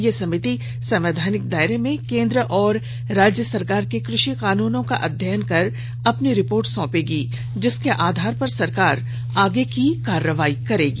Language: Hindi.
यह समिति संवैधानिक दायरे में केंद्र और राज्य सरकार के कृषि कानूनों का अध्ययन कर अपनी रिपोर्ट सौंपेगी जिसके आधार पर सरकार आगे की कार्रवाई करेगी